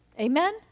amen